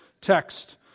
text